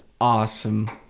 awesome